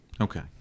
Okay